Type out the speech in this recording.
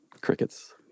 Crickets